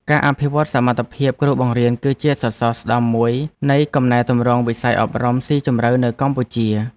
ការអភិវឌ្ឍន៍សមត្ថភាពគ្រូបង្រៀនគឺជាសសរស្តម្ភមួយនៃកំណែទម្រង់វិស័យអប់រំស៊ីជម្រៅនៅកម្ពុជា។